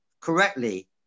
correctly